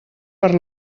per